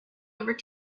over